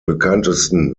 bekanntesten